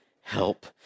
help